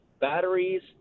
Batteries